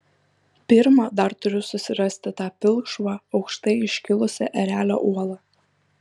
pirma dar turiu susirasti tą pilkšvą aukštai iškilusią erelio uolą